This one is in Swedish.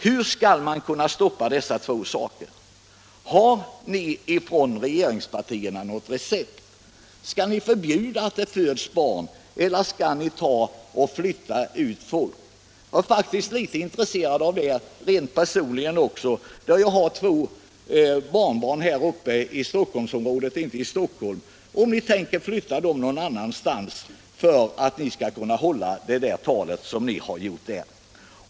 Har ni i regeringspartierna något recept på hur detta skall kunna stoppas? Skall ni förbjuda att det föds barn eller skall ni flytta ut folk? Jag är faktiskt intresserad rent personligt av att få ett svar på den frågan. Jag har två barnbarn i Stockholmsområdet — inte i själva Stockholm — och jag vill fråga om ni tänker flytta dem någon annanstans för att kunna bibehålla det tal ni angivit?